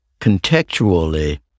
contextually